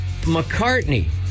McCartney